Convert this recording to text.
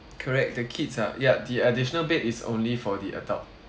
correct the kids are yup the additional bed is only for the adult